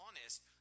honest